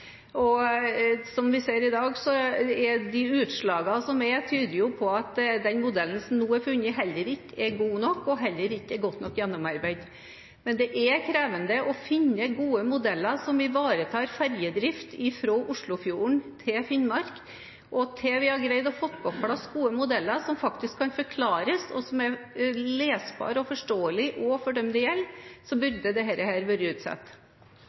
nøklene. Som vi ser i dag, tyder de utslagene som er, på at den modellen som nå er funnet, heller ikke er god nok og heller ikke er godt nok gjennomarbeidet. Men det er krevende å finne gode modeller som ivaretar ferjedrift, fra Oslofjorden til Finnmark, og inntil vi har greid å få på plass gode modeller som faktisk kan forklares, og som er lesbare og forståelige også for dem det gjelder, burde dette bli utsatt. Representanten Greni sa at Senterpartiet styrkjer kommuneøkonomien i sitt alternative forslag til statsbudsjett. Det